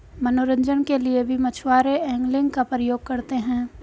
मनोरंजन के लिए भी मछुआरे एंगलिंग का प्रयोग करते हैं